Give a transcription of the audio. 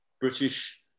British